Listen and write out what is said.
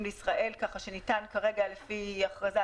לישראל ככה שניתן כרגע לפי הכרזה,